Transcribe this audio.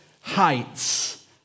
heights